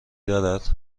دارد